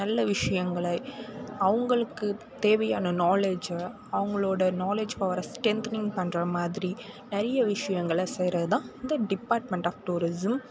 நல்ல விஷயங்களை அவங்களுக்கு தேவையான நாலேஜை அவங்களோட நாலேஜ் பவரை ஸ்ட்ரென்த்னிங் பண்ணுற மாதிரி நிறைய விஷயங்களை செய்றதுதான் இந்த டிபாட்மெண்ட் ஆஃப் டூரிஸிம்